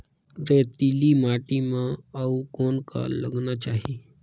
रेतीली माटी म अउ कौन का लगाना चाही?